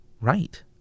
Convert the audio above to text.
right